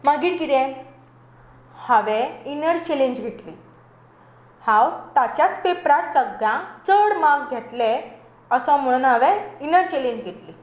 मागीर कितें हांवें इनर चॅलेंज घेतली हांव ताच्याच पेपरांत सगळ्यांत चड मार्क घेतलें अशें म्हणून हांवें इनर चॅलेंज घेतली